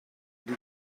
die